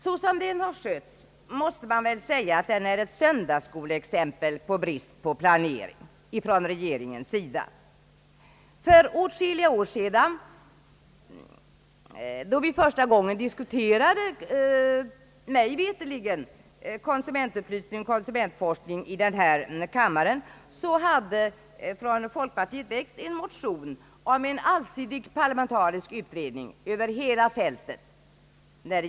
Såsom den har skötts är den ett skolexempel på brist på planering från regeringens sida. För åtskilliga år sedan; då vi mig veterligt för första gången diskuterade konsumentupplysning och konsumentforskning i denna kammare, väcktes från folkpartiets sida en motion om en allsidig parlamentarisk utredning över hela fältet.